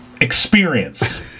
experience